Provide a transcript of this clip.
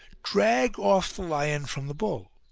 drag off the lion from the bull,